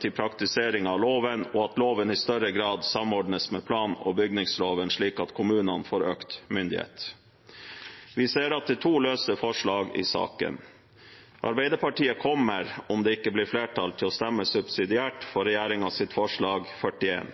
til praktisering av loven og at loven i større grad samordnes med plan- og bygningsloven slik at kommunene får økt myndighet.» Vi ser at det er to løse forslag i saken. Arbeiderpartiet kommer, om det ikke blir flertall for vårt forslag, til å stemme subsidiært for regjeringspartienes og Fremskrittspartiets forslag nr. 41.